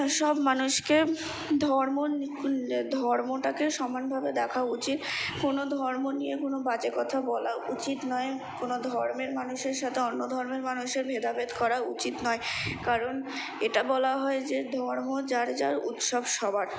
সব মানুষকে ধর্ম নিলে ধর্মটাকে সমানভাবে দেখা উচিত কোনো ধর্ম নিয়ে কোনো বাজে কথা বলা উচিত নয় কোনো ধর্মের মানুষের সাথে অন্য ধর্মের মানুষের ভেদাভেদ করা উচিত নয় কারণ এটা বলা হয় যে ধর্ম যার যার উৎসব সবার